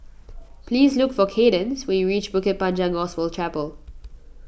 please look for Cadence when you reach Bukit Panjang Gospel Chapel